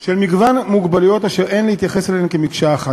של מגוון מוגבלויות אשר אין להתייחס אליהן כאל מקשה אחת.